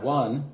one